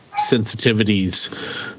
sensitivities